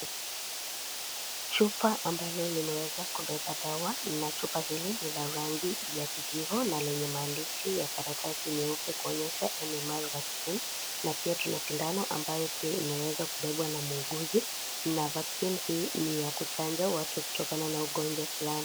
Chupa ambalo limeweza kubeba dawa na chupa hili ni la rangi ya kijivu na lenye maandishi ya karatasi nyeupe kuonyesha MMR vaccine na pia tuna sindano ambayo pia imeezwa kubebwa na muhughuzi na vaccine hiini ya kuchanja watu kutokana na ugonjwa fulani.